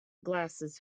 glasses